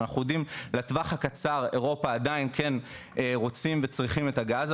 שאנחנו יודעים לטווח הקצר אירופה עדיין כן רוצים וצריכים את הגז,